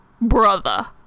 Brother